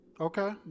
Okay